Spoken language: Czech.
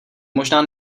možná